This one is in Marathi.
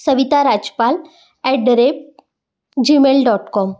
Savita Rajpal at the rate Gmail dot com